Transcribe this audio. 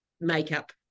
makeup